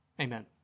Amen